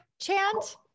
chant